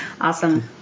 Awesome